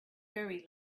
very